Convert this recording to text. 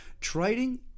Trading